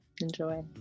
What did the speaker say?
enjoy